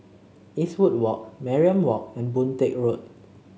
Eastwood Walk Mariam Walk and Boon Teck Road